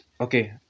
Okay